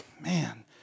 Man